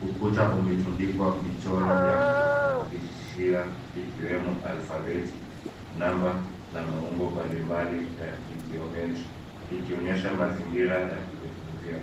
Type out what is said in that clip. Ukuta umetundikwa michoro ya kufundishia ikiwemo alfabeti, namba na maumbo mbalimbali ya kijiometri ikionyesha mazingira ya kujifunzia.